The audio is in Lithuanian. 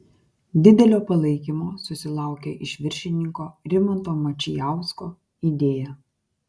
didelio palaikymo susilaukė iš viršininko rimanto mačijausko idėja